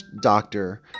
doctor